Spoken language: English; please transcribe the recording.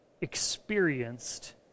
experienced